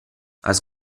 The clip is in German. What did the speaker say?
als